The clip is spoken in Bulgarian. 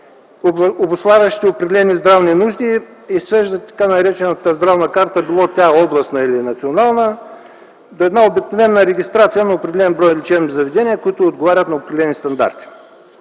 обуславящи определени здравни нужди, и свеждащи т.нар. здравна карта, било тя областна или национална, до обикновена регистрация на определен брой лечебни заведения, които отговарят на определени стандарти.